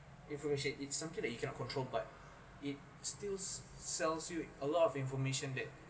information it's something that you cannot control but it stills sells you a lot of information that